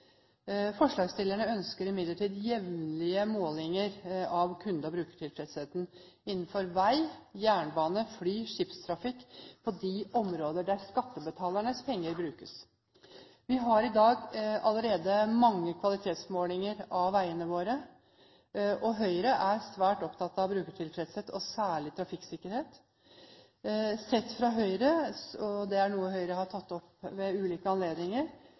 Forslagsstillerne ønsker imidlertid jevnlige målinger av kunde- og brukertilfredsheten innenfor vei-, jernbane-, fly- og skipstrafikk på de områdene der skattebetalernes penger brukes. Vi har i dag allerede mange kvalitetsmålinger av veiene våre. Høyre er svært opptatt av brukertilfredshet, særlig av trafikksikkerhet. Sett fra Høyres side – og det er noe Høyre har tatt opp ved ulike anledninger